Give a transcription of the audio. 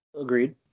Agreed